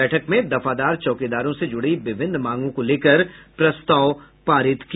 बैठक में दफादार चौकीदारों से जुड़ी विभिन्न मांगों को लेकर प्रस्ताव पारित किया